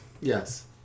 yes